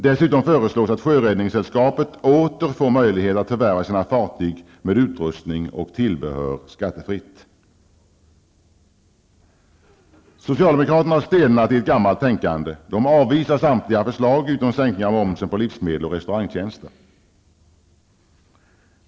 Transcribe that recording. Dessutom föreslås att Sjöräddningssällskapet åter får möjlighet att förvärva sina fartyg med utrustning och tillbehör skattefritt. Socialdemokraterna har stelnat i ett gammalt tänkande. De avvisar samtliga förslag utom sänkningen av momsen på livsmedel och restaurangtjänster.